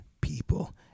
people